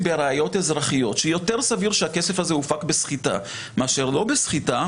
בראיות אזרחיות שיותר סביר שהכסף הזה הופק בסחיטה מאשר לא בסחיטה,